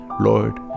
lord